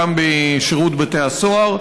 וגם בשירות בתי הסוהר.